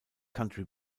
country